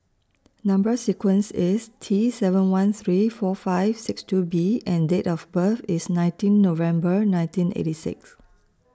Number sequence IS T seven one three four five six two B and Date of birth IS nineteen November nineteen eighty six